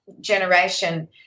generation